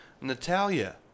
Natalia